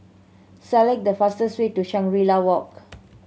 select the fastest way to Shangri La Walk